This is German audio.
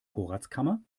vorratskammer